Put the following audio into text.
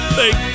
Thank